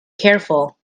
careful